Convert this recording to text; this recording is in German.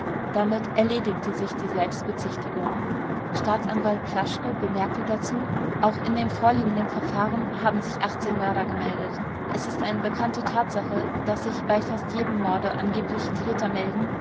damit erledigte sich die selbstbezichtigung staatsanwalt plaschke bemerkte dazu auch in dem vorliegenden verfahren haben sich mörder gemeldet es ist eine bekannte tatsache daß sich bei fast jedem morde angebliche täter melden